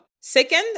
Second